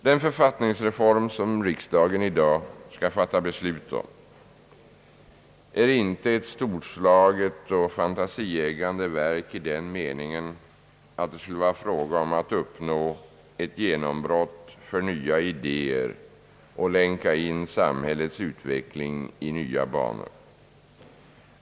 Den författningsreform som riksdagen i dag skall fatta beslut om är inte ett storslaget och fantasieggande verk i den meningen att det skulle vara fråga om att uppnå ett genombrott för nya idéer och länka in samhällets utveckling i nya banor.